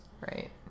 Right